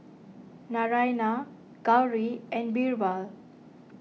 Naraina Gauri and Birbal